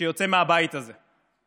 שיוצא מהבית הזה.